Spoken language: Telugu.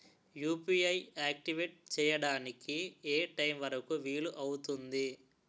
యు.పి.ఐ ఆక్టివేట్ చెయ్యడానికి ఏ టైమ్ వరుకు వీలు అవుతుంది?